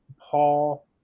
Paul